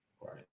Right